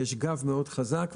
גב מאוד חזק,